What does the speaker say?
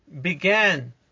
began